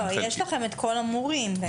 יש לכם את כל המורים.